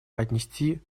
отнести